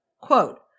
quote